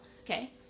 okay